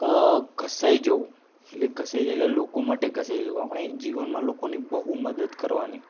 કે ઘસાઈ જવું એટલે ઘસાઈ જાય એટલે લોકો માટે ઘસાઈ જવું આપણે જીવનમાં લોકોને બહુ મદદ કરવાની